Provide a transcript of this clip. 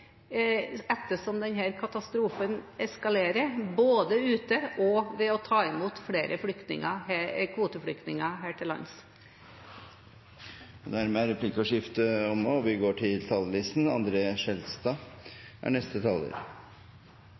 ettersom denne katastrofen eskalerer, både ute og ved å ta imot flere kvoteflyktninger her til lands. Dermed er replikkordskiftet omme. Venstre har et positivt syn på migrasjon. Kulturell og